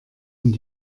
und